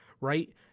right